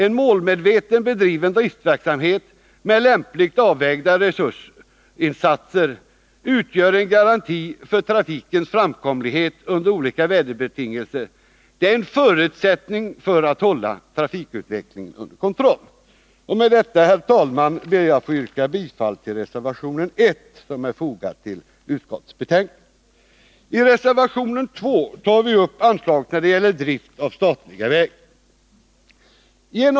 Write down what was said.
En målmedvetet driven driftsverksamhet med lämpligt avvägda resursinsatser utgör en garanti för trafikens framkomlighet under olika väderbetingelser och är en förutsättning för att hålla trafikutvecklingen under kontroll. Med detta, herr talman, ber jag att få yrka bifall till reservationen 1, som är fogad till utskottets betänkande. I reservationen 2 tar vi upp anslag till drift av statliga vägar.